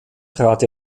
trat